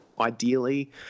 ideally